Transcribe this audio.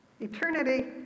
Eternity